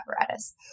apparatus